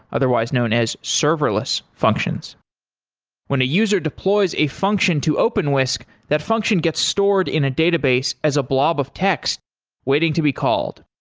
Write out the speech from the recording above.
otherwise known as serverless functions when a user deploys a function to openwhisk, that function gets stored in a database as a blob of text waiting to be called.